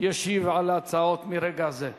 ישיב על ההצעות מרגע זה.